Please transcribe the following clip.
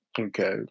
Okay